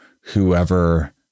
whoever